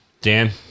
Dan